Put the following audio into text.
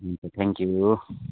हुन्छ थ्याङ्कयू